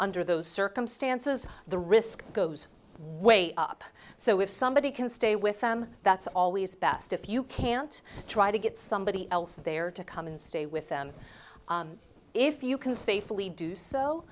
under those circumstances the risk goes way up so if somebody can stay with them that's always best if you can't try to get somebody else there to come and stay with them if you can safely do so